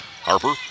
Harper